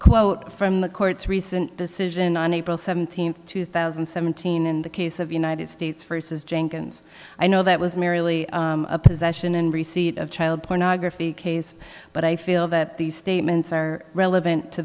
quote from the court's recent decision on april seventeenth two thousand and seventeen in the case of united states versus jenkins i know that was merely a possession and receipt of child pornography case but i feel that these statements are relevant to